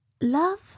love